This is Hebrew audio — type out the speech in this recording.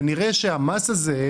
כנראה שהמס הזה,